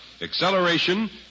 acceleration